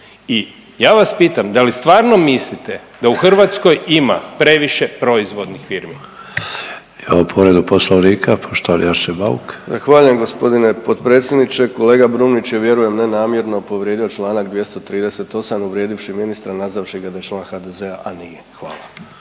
I ja vas pitam da li stvarno mislite da u Hrvatskoj ima previše proizvodnih firmi? **Sanader, Ante (HDZ)** Imamo povredu Poslovnika poštovani Arsen Bauk. **Bauk, Arsen (SDP)** Zahvaljujem gospodine potpredsjedniče. Kolega Brumnić je vjerujem ne namjerno povrijedio članak 238. uvrijedivši ministra nazvavši ga da je član HDZ-a a nije. Hvala.